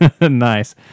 Nice